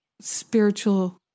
spiritual